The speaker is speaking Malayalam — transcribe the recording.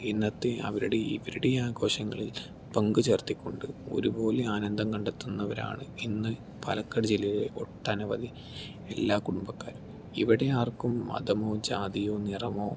ഇന്നത്തെ അവരുടേയും ഇവരുടേയും ആഘോഷങ്ങളിൽ പങ്കു ചേർത്തിക്കൊണ്ട് ഒരുപോലെ ആനന്ദം കണ്ടെത്തുന്നവരാണ് ഇന്ന് പാലക്കാട് ജില്ലയിലെ ഒട്ടനവധി എല്ലാ കുടുംബക്കാരും ഇവിടെ ആർക്കും മതമോ ജാതിയോ നിറമോ